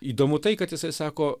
įdomu tai kad jisai sako